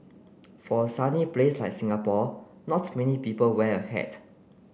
for a sunny place like Singapore not many people wear a hat